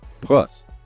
Plus